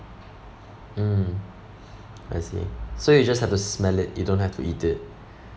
mm I see so you just have to smell it you don't have to eat it